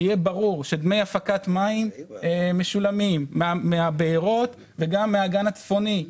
שיהיה ברור שדמי הפקת מים משולמים מהבארות ומהאגן הצפוני.